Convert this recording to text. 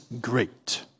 great